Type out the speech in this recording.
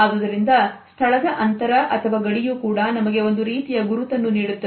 ಆದುದರಿಂದ ಸ್ಥಳದ ಅಂತರ ಗಡಿಯು ಕೂಡ ನಮಗೆ ಒಂದು ರೀತಿಯ ಗುರುತನ್ನು ನೀಡುತ್ತದೆ